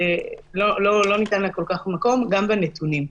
שלא ניתן לה כל כך מקום גם בנתונים.